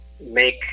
Make